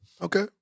Okay